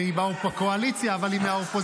היא בקואליציה אבל היא מהאופוזיציה.